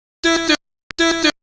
do do